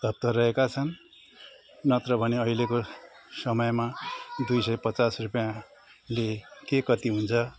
हतारिएका छन् नत्र भने अहिलेको समयमा दुई सय पचास रुपियाँले के कति हुन्छ